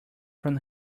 from